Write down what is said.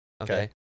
Okay